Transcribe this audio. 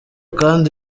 kandi